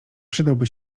przydałby